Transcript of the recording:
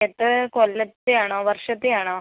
എത്ര കൊല്ലത്തെ ആണോ വർഷത്തെ ആണോ